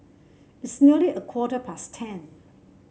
its nearly a quarter past ten